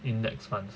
index funds ah